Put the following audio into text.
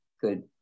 good